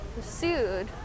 sued